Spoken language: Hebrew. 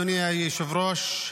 אדוני היושב-ראש,